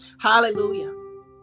Hallelujah